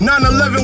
9-11